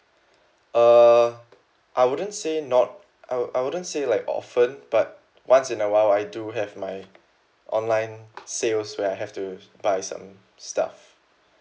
uh I wouldn't say not I I wouldn't say like often but once in a while I do have my online sales where I have to buy some stuff